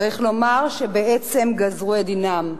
צריך לומר שבעצם גזרו את דינם.